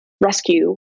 rescue